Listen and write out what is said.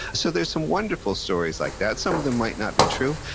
so, there're some wonderful stories like that, some of them might not be true,